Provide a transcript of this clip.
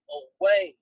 away